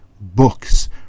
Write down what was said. books